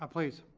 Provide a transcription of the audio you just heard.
ah please.